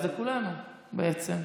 זה כולנו, בעצם.